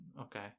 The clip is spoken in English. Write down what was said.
okay